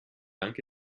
anche